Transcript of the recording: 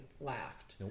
laughed